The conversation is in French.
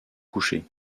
coucher